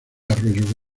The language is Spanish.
arroyo